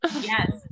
Yes